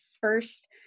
first